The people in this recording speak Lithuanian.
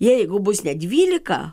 jeigu bus net dvylika